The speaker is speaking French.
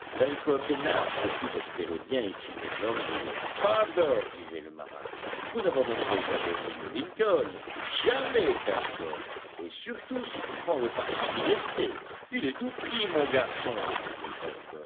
surtout espéraient bien y finir leurs jours harbert disait le marin vous n'abandonnerez jamais l'île lincoln jamais pencroff et surtout si tu prends le parti d'y rester il est tout pris mon garçon répondait